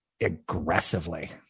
aggressively